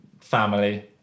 family